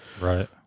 right